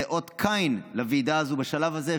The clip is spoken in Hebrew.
זה אות קין לוועידה הזו בשלב הזה,